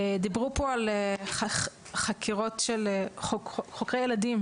דיברו פה על חקירות של חוקרי ילדים.